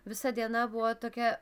visa diena buvo tokia